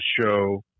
show